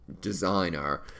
designer